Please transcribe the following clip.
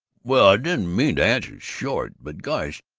well, i didn't mean to answer short, but gosh,